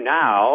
now